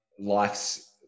life's